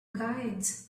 guides